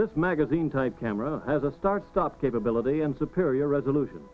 this magazine type camera has a start stop capability and superior resolution